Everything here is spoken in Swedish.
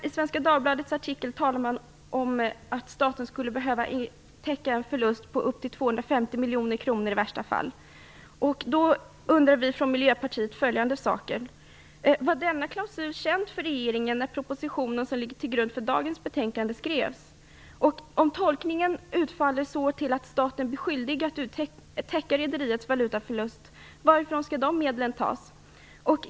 I Svenska Dagbladets artikel talar man om att staten i värsta fall skulle behöva täcka en förlust på upp till 250 miljoner kronor. Vi från Miljöpartiet undrar då följande. Var denna klausul känd för regeringen när propositionen som ligger till grund för dagens betänkande skrevs? Om tolkningen utfaller så att staten blir skyldig att täcka rederiets valutaförlust, varifrån skall de medlen tas?